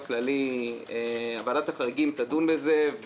ועדת החריגים תדון בזה,